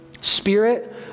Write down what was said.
Spirit